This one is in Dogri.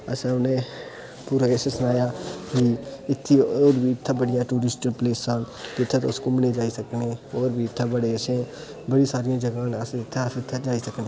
असे उनेई पुरा कैश सनाया ते इत्थे और बी इत्थै बड़ियां टूरिस्ट प्लेसा न जुत्थै तुस घुमने गी जाई सकनेआ और बी इत्थै बड़े असे बड़ियां सारियां जगहा न अस जित्थै असे जाई सकनेआ